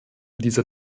dieser